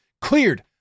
cleared